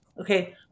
okay